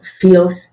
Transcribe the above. feels